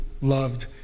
loved